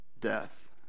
death